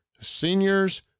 seniors